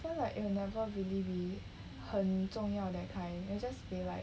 so like it'll never really be 很重要 that kind it'll just be like